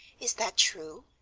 is that true?